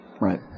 Right